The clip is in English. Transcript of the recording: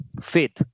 faith